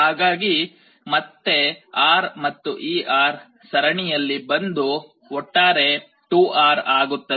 ಹಾಗಾಗಿ ಮತ್ತೆ R ಮತ್ತು ಈ R ಸರಣಿಯಲ್ಲಿ ಬಂದು ಒಟ್ಟಾರೆ 2R ಆಗುತ್ತದೆ